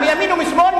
מימין ומשמאל,